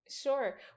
Sure